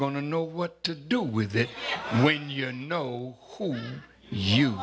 going to know what to do with it when you know who you